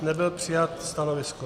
Nebylo přijato stanovisko.